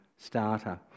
starter